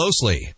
closely